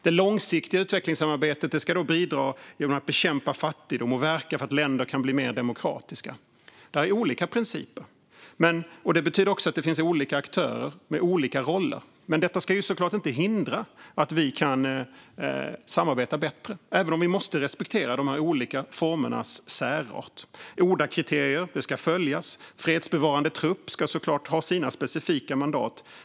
Det långsiktiga utvecklingssamarbetet ska bidra genom att bekämpa fattigdom och verka för att länder blir mer demokratiska. Det här är olika principer, och det betyder också att det finns olika aktörer med olika roller. Men detta ska såklart inte hindra att vi kan samarbeta bättre, även om vi måste respektera de olika formernas särart. ODA-kriterier ska följas; fredsbevarande trupp ska såklart ha sina specifika mandat.